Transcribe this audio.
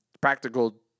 practical